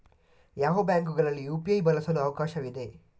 ಯಾವ ಬ್ಯಾಂಕುಗಳಲ್ಲಿ ಯು.ಪಿ.ಐ ಬಳಸಲು ಅವಕಾಶವಿದೆ?